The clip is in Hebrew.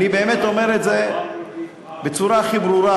אני באמת אומר את זה בצורה הכי ברורה,